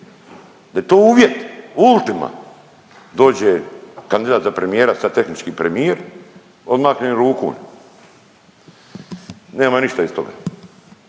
da je to uvjet, ultima, dođe kandidat za premijera sad tehnički premijer odmahne rukom. Nema ništa iz toga